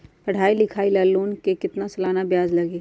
पढाई लिखाई ला लोन के कितना सालाना ब्याज लगी?